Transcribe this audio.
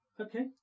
Okay